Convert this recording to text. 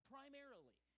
Primarily